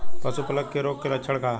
पशु प्लेग रोग के लक्षण का ह?